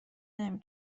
نمی